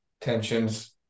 tensions